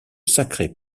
sacré